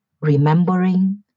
remembering